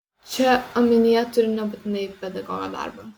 čia omenyje turiu nebūtinai pedagogo darbą